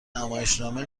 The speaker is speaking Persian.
نمایشنامه